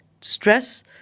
stress